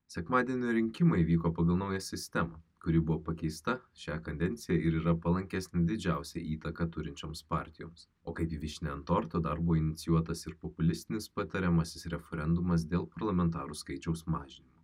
sekmadienio rinkimai vyko pagal naują sistemą kuri buvo pakeista šią kadenciją ir yra palankesnė didžiausią įtaką turinčioms partijoms o kaip vyšnia ant torto darbui inicijuotas ir populistinis patariamasis referendumas dėl parlamentarų skaičiaus mažinimo